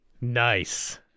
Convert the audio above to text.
Nice